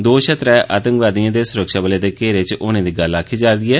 दो शा त्रै आतंकवादियें दे सुरक्षाबलें दे घेरे च होने दी गल्ल आक्खी जा'रदी ऐ